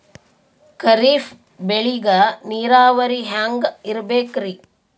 ಖರೀಫ್ ಬೇಳಿಗ ನೀರಾವರಿ ಹ್ಯಾಂಗ್ ಇರ್ಬೇಕರಿ?